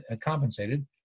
compensated